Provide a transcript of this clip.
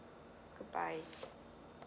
goodbye